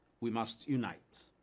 we must unite.